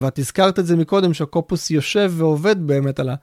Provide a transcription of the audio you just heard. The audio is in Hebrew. ואת הזכרת את זה מקודם שהקופוס יושב ועובד באמת עלה.